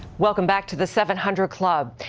welcome back to the seven hundred club.